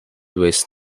was